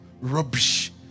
rubbish